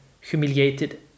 humiliated